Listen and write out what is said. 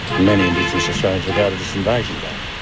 and many indigenous australians regard it as invasion day.